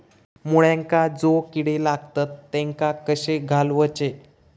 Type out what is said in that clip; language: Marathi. मुळ्यांका जो किडे लागतात तेनका कशे घालवचे?